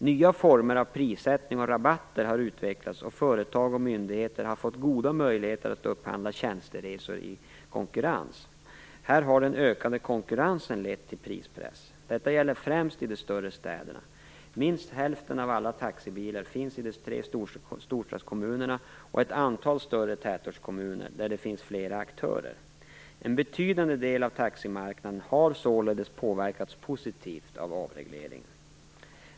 Nya former av prissättning och rabatter har utvecklats, och företag och myndigheter har fått goda möjligheter att upphandla tjänsteresor i konkurrens. Här har den ökade konkurrensen lett till prispress. Detta gäller främst i de större städerna. Minst hälften av alla taxibilar finns i de tre storstadskommunerna och ett antal större tätortskommuner där det finns flera aktörer. En betydande del av taximarknaden har således påverkats positivt av avregleringen.